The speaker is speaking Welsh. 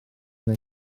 neu